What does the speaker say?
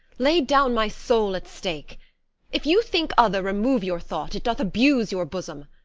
lay down my soul at stake if you think other, remove your thought it doth abuse your bosom.